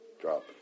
Drop